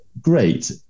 great